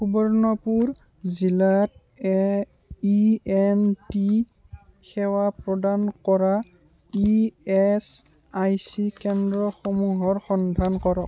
সুবৰ্ণপুৰ জিলাত A E N T সেৱা প্ৰদান কৰা ই এচ আই চি কেন্দ্ৰসমূহৰ সন্ধান কৰক